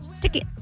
ticket